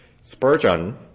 spurgeon